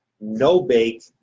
no-bake